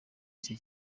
icyo